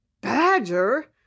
badger